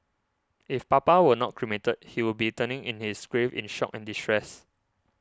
if Papa were not cremated he would be turning in his grave in shock and distress